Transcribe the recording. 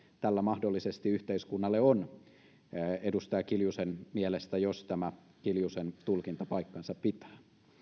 tällä mahdollisesti on yhteiskunnalle edustaja kiljusen mielestä jos tämä kiljusen tulkinta pitää